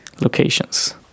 locations